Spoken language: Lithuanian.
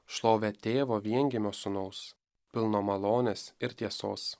šlovę tėvo viengimio sūnaus pilno malonės ir tiesos